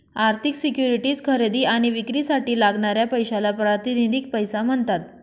आर्थिक सिक्युरिटीज खरेदी आणि विक्रीसाठी लागणाऱ्या पैशाला प्रातिनिधिक पैसा म्हणतात